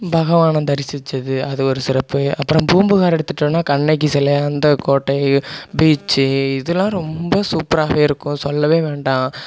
பகவானை தரிசித்தது அது ஒரு சிறப்பு அப்புறம் பூம்புகாரை எடுத்துகிட்டோன்னா கண்ணகி செலை அந்த கோட்டை பீச்சு இதல்லாம் ரொம்ப சூப்பராகவே இருக்கும் சொல்லவே வேண்டாம்